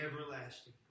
everlasting